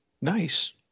Nice